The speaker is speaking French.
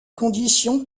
conditions